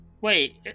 Wait